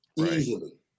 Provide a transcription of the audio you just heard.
easily